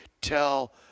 tell